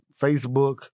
Facebook